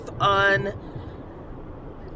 on